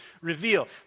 reveal